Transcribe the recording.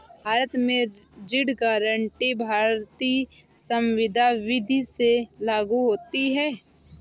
भारत में ऋण गारंटी भारतीय संविदा विदी से लागू होती है